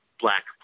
black